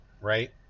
right